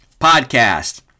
Podcast